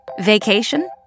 Vacation